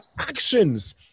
actions